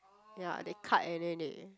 ya they cut and then they